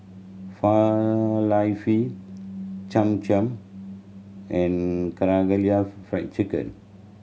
Falafel Cham Cham and Karaage Fried Chicken